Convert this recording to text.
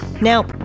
Now